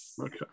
Okay